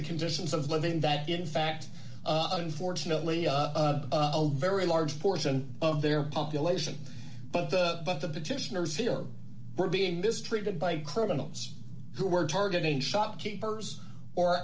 the conditions of living that in fact unfortunately a very large portion of their population but the but the petitioners here were being mistreated by criminals who were targeting shopkeepers or